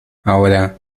ahora